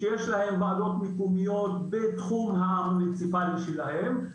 שיש להם ועדות מקומיות בתחום המוניציפלי שלהם.